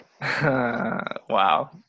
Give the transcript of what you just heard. wow